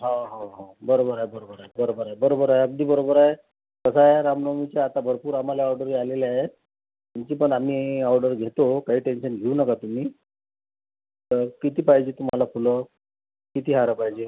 हो हो हो बरोबर आहे बरोबर आहे बरोबर आहे बरोबर आहे अगदी बरोबर आहे कसं आहे रामनवमीच्या आता भरपूर आम्हाला ऑर्डरी आलेल्या आहेत तुमची पण आम्ही ऑर्डर घेतो काही टेन्शन घेऊ नका तुम्ही तर किती पाहिजे तुम्हाला फुलं किती हार पाहिजे